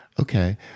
Okay